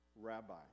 Rabbi